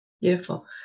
Beautiful